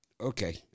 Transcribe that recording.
Okay